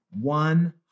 One